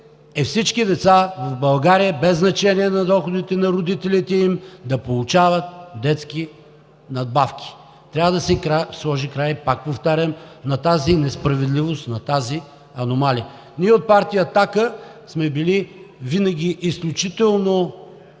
всички деца в България, без значение на доходите на родителите им, да получават детски надбавки. Трябва да се сложи край, пак повтарям, на тази несправедливост, на тази аномалия. Ние от партия „Атака“ сме били винаги изключително